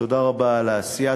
תודה רבה על העשייה.